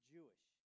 Jewish